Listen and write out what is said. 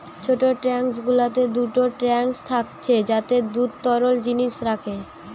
ছোট ট্যাঙ্ক গুলোতে দুটো ট্যাঙ্ক থাকছে যাতে দুধ তরল জিনিস রাখে